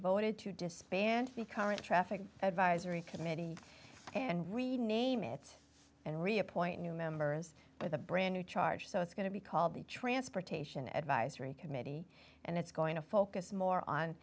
voted to disband the current traffic advisory committee and we name it and reappoint new members with a brand new charge so it's going to be called the transportation advisory committee and it's going to focus more on